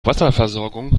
wasserversorgung